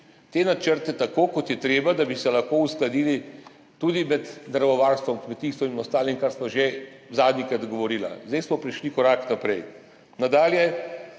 te načrte tako, kot je treba, da bi se lahko uskladili tudi z naravovarstvom, kmetijstvom in ostalimi, kar sva že zadnjikrat govorila. Zdaj smo prišli korak naprej. Nadalje,